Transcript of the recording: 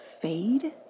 fade